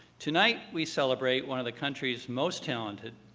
tonight, we celebrate one of the country's most talented,